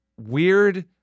weird